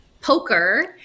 poker